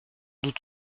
doute